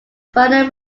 final